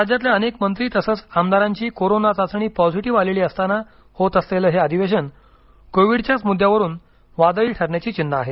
राज्यातले अनेक मंत्री तसंच आमदारांची कोरोना चाचणी पॉझिटिव्ह आलेली असताना होत असलेल अधिवेशन कोविडच्याच मुद्यावरून वादळी ठरण्याची चिन्ह आहेत